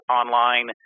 online